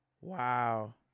Wow